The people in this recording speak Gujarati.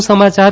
વધુ સમચાર